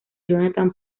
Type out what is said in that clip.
jonathan